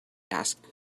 asked